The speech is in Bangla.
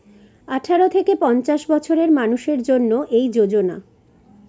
আঠারো থেকে পঞ্চাশ বছরের মানুষের জন্য এই যোজনা